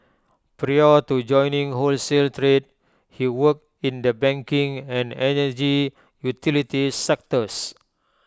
prior to joining wholesale trade he worked in the banking and energy utilities sectors